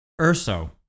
Urso